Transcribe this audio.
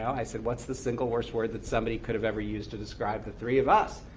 i said, what's the single worst word that somebody could have ever used to describe the three of us?